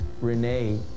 Renee